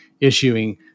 issuing